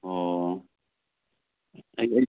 ꯑꯣ